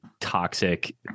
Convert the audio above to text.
toxic